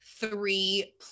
Three